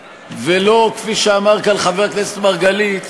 ולא, כפי שאמר כאן חבר הכנסת מרגלית,